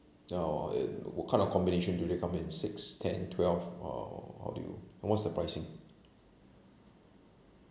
uh it what kind of combination do they come in six ten twelve or how do you and what's the pricing